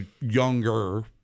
younger